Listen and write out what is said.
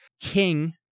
King